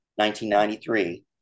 1993